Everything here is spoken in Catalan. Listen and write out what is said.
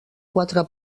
quatre